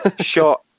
shot